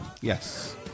Yes